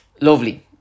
lovely